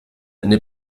eine